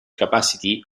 capacity